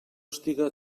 estiga